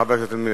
חוק ומשפט לדיון